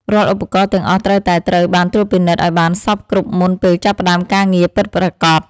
រាល់ឧបករណ៍ទាំងអស់ត្រូវតែត្រូវបានត្រួតពិនិត្យឱ្យបានសព្វគ្រប់មុនពេលចាប់ផ្តើមការងារពិតប្រាកដ។